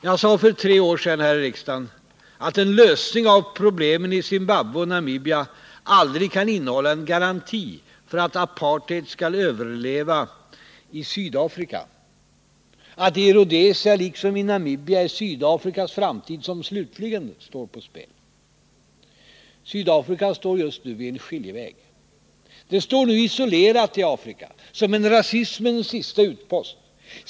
Jag sade för tre år sedan här i riksdagen att en lösning av problemen i Zimbabwe och Namibia aldrig kan innehålla en garanti för att apartheid skall överleva i Sydafrika, att det i Rhodesia, liksom i Namibia, är Sydafrikas framtid som slutligen står på spel. Sydafrika står just nu vid en skiljeväg. Det står nu isolerat i Afrika, som en rasismens sista utpost.